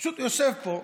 הוא פשוט יושב פה,